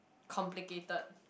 complicated